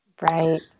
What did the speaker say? Right